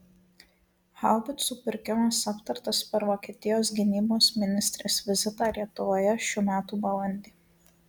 haubicų pirkimas aptartas per vokietijos gynybos ministrės vizitą lietuvoje šių metų balandį